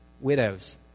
Widows